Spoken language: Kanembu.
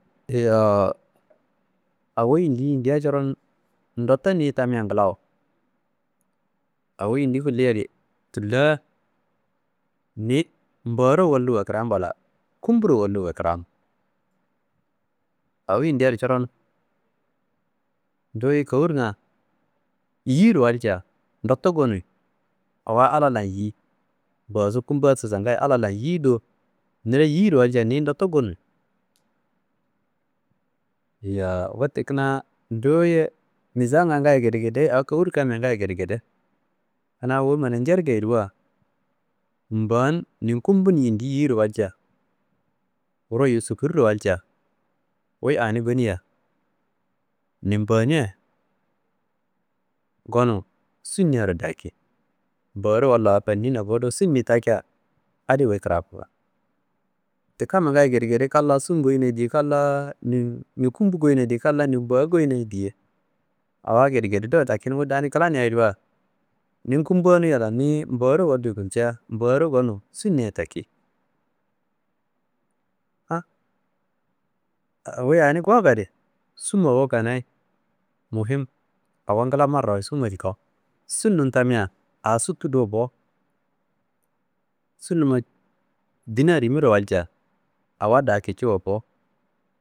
Yowu awo yindi yinda coron ndotto niyi tammia ngilawo, awo yindi gulleyiadi tulla ni mboaro waliwa kiram walla kumburo wali wa kiram. Awo yindiadi coron nduye korga yiyiro walca ndutto ngoni, awa Allah lan yiyi mboaso, kumbasusa ngayi Allah lan yiyi do niro yiyiro walcia niyi ndotto ngonun? Nduwuye nisamnga ngayo gedegede awo kor kamya ngayi gedegede, kuna wu manancerkayediwa mboa nin kumbu n yindi yiyiro walcia, wuro yuwu sukuriro walcia wuyi ani ngoniya nunmboana gonuwu sunnaro daki. Mboaro walluwu a fanniyina bo do sunni takia adi wuyu kirakuwo. Wette kamma ngayi gedegede kan la sun goyiyina ye diye, kan la ninkumbu goyina ye diye kan la ninmbua goyina ye diye awa gedegede do lakin wu dani klaniayediwa ni kumbaniyiala ni mboarowali gulcia mboaro gonu sinna taki. An wuyi ani gowukadi summa wukanayi muhim awo gila marawayit summadi ko, sumnum tamia a sutu do bo. Sunnuma dina rimiro walcia awaddo awo kiciyiwo bo